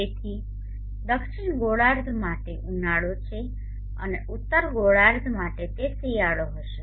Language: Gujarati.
તેથી દક્ષિણ ગોળાર્ધ માટે ઉનાળો છે અને ઉત્તર ગોળાર્ધ માટે તે શિયાળો હશે